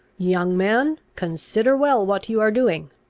young man, consider well what you are doing!